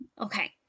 Okay